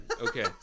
Okay